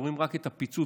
ורואים רק את הפיצוץ,